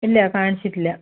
ഇല്ല കാണിച്ചിട്ടില്ല